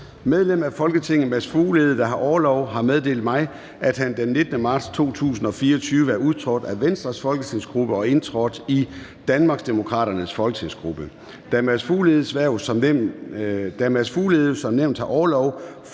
Medlem af Folketinget Mads Fuglede, der har orlov, har meddelt mig, at han den 19. marts 2024 er udtrådt af Venstres folketingsgruppe og indtrådt i Danmarksdemokraternes folketingsgruppe. Da Mads Fuglede som nævnt har orlov,